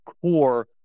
core